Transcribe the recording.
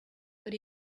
but